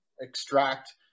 extract